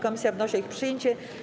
Komisja wnosi o ich przyjęcie.